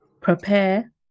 prepare